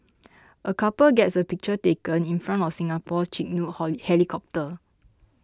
a couple gets a picture taken in front of Singapore's Chinook holy helicopter